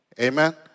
Amen